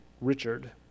Richard